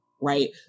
right